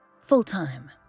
full-time